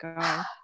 God